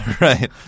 Right